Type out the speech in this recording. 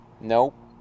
nope